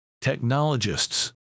Technologists